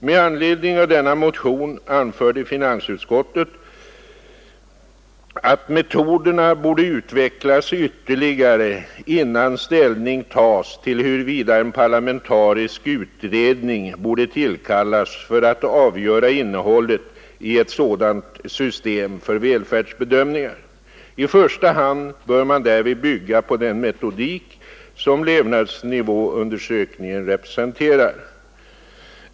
Med anledning av denna motion anförde finansutskottet att metoderna borde utvecklas ytterligare innan ställning tas till huruvida en parlamentarisk utredning borde tillkallas för att avgöra innehållet i ett sådant system för välfärdsbedömningar. I första hand bör man därvid bygga på den metodik som levnadsnivåundersökningen representerar.